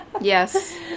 Yes